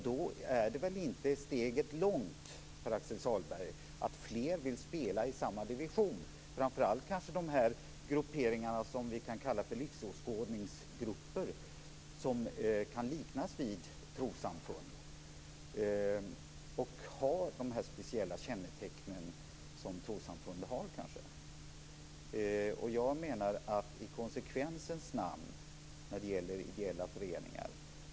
Då är inte steget långt, Pär Axel Sahlberg, från att fler vill spela i samma division. Det gäller framför allt de grupperingar som vi kan kalla för livsåskådningsgrupper och som kan liknas vid trossamfund. De kan ha de speciella kännetecken som trossamfund har. I konsekvensens namn är man ute på hal is när det gäller ideella föreningar.